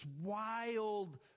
wild